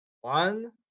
One